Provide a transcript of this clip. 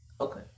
Okay